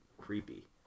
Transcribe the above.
creepy